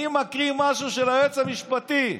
אני מקריא משהו של היועץ המשפטי,